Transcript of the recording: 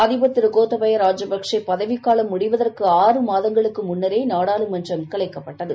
அதிபர் திருகோத்தபய ராஜ பக்சேபதவிக்காலம் முடிவதற்குஆறுமாதங்களுக்குமுன்னரேநாடாளுமன்றம் கலைக்கப்பட்டது